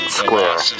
square